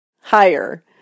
Higher